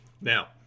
Now